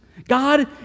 God